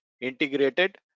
integrated